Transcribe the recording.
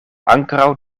ankoraŭ